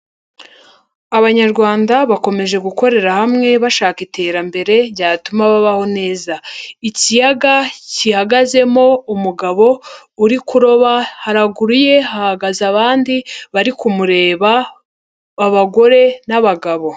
Abanyarwanda bakomeje gukorera hamwe bashaka iterambere ryatuma babaho neza, ikiyaga gihagazemo umugabo uri kuroba, haruguru ye hagaze abandi bari kumureba abagore n'abagabo.